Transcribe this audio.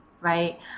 right